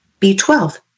B12